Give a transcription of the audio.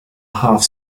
half